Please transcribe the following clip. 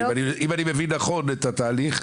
אם אני מבין נכון את התהליך,